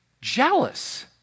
Jealous